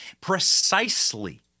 precisely